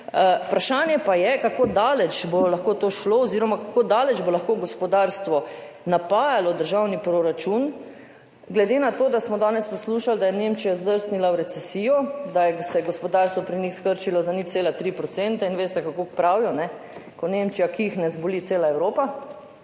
Vprašanje pa je, kako daleč bo lahko to šlo oziroma kako daleč bo lahko gospodarstvo napajalo državni proračun glede na to, da smo danes poslušali, da je Nemčija zdrsnila v recesijo, da se je gospodarstvo pri njih skrčilo za 0,3 %, in veste, kako pravijo, ko Nemčija kihne, zboli cela Evropa.